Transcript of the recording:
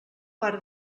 pare